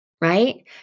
right